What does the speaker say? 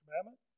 commandment